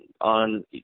on